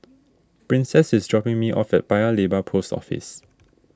princess is dropping me off at Paya Lebar Post Office